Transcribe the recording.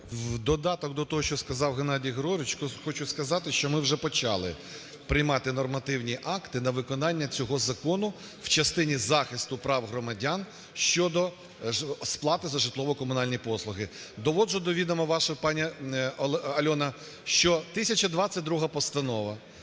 В додаток до того, що сказав Геннадій Григорович, хочу сказати, що ми вже почали приймати нормативні акти на виконання цього закону в частині захисту прав громадян щодо сплати за житлово-комунальні послуги. Доводжу до відома вашого, пані Альона, що 1022 постанова,